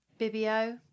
Bibio